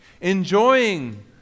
enjoying